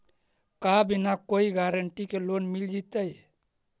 का बिना कोई गारंटी के लोन मिल जीईतै?